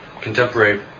contemporary